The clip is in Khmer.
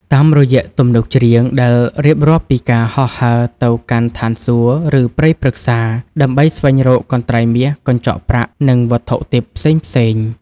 តាមរយៈទំនុកច្រៀងដែលរៀបរាប់ពីការហោះហើរទៅកាន់ឋានសួគ៌ ឬព្រៃព្រឹក្សា ដើម្បីស្វែងរកកន្ត្រៃមាស កញ្ចក់ប្រាក់ និងវត្ថុទិព្វផ្សេងៗ